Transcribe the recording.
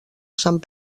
sant